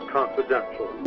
Confidential